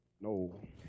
no